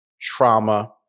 trauma